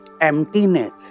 emptiness